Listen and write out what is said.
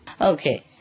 Okay